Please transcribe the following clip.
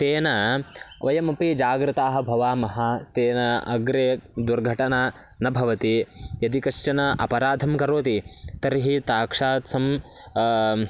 तेन वयमपि जागृताः भवामः तेन अग्रे दुर्घटना न भवति यदि कश्चन अपराधं करोति तर्हि साक्षात् सं